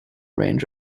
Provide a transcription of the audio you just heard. range